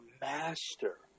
master